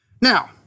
Now